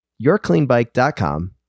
yourcleanbike.com